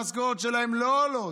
המשכורות שלהם לא עולות,